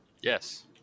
Yes